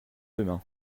demain